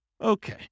Okay